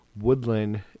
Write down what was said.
Woodland